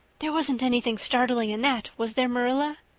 there wasn't anything startling in that, was there, marilla?